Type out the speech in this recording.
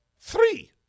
three